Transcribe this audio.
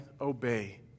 obey